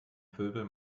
pöbel